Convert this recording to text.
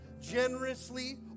Generously